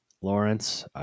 Lawrence